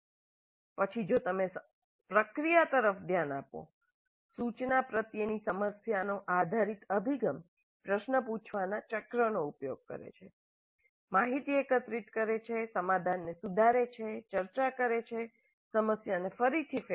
પછી જો તમે પ્રક્રિયા તરફ ધ્યાન આપો સૂચના પ્રત્યેની સમસ્યાનો આધારિત અભિગમ પ્રશ્ન પૂછવાનાં ચક્રનો ઉપયોગ કરે છે માહિતી એકત્રિત કરે છે સમાધાનને સુધારે છે ચર્ચા કરે છે સમસ્યાને ફરીથી ફેરવે છે